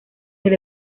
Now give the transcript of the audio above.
del